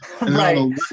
Right